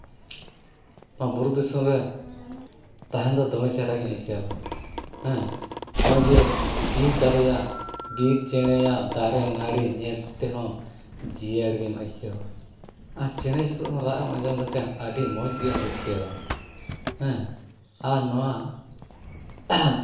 ᱚᱱᱟ ᱵᱩᱨᱩ ᱫᱤᱥᱚᱢ ᱨᱮ ᱛᱟᱦᱮᱱ ᱫᱚ ᱫᱚᱢᱮ ᱪᱮᱦᱨᱟ ᱜᱤᱧ ᱟᱹᱭᱠᱟᱹᱣᱟ ᱦᱮᱸ ᱦᱚᱜᱼᱚᱭ ᱡᱮ ᱵᱤᱨ ᱫᱟᱨᱮᱭᱟᱜ ᱵᱤᱨ ᱪᱮᱬᱮᱭᱟᱜ ᱫᱟᱨᱮ ᱱᱟᱹᱲᱤ ᱧᱮᱞ ᱛᱮᱦᱚᱸ ᱡᱤᱭᱟᱹᱲ ᱜᱮᱢ ᱟᱹᱭᱠᱟᱹᱣᱟ ᱟᱨ ᱪᱮᱬᱮ ᱪᱩᱯᱨᱩᱫ ᱢᱟ ᱨᱟᱜ ᱮᱢ ᱟᱸᱡᱚᱢ ᱞᱮᱠᱷᱟᱱ ᱟᱹᱰᱤ ᱢᱚᱡᱽ ᱜᱮᱢ ᱟᱹᱭᱠᱟᱹᱣᱟ ᱦᱮᱸ ᱟᱨ ᱱᱚᱣᱟ